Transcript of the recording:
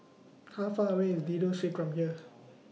How Far away IS Dido Street from here